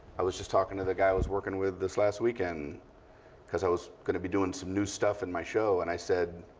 i was just talking to the guy i was working with this last weekend because i was going to be doing some new stuff in my show. and i said,